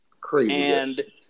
crazy